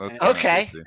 Okay